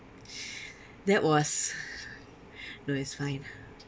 that was no it's fine